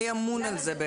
מי אמון על זה?